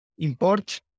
import